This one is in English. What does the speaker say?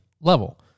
level